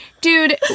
Dude